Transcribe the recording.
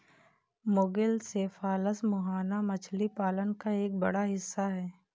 मुगिल cephalus मुहाना मछली पालन का एक बड़ा हिस्सा है